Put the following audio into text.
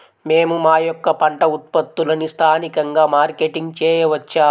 మేము మా యొక్క పంట ఉత్పత్తులని స్థానికంగా మార్కెటింగ్ చేయవచ్చా?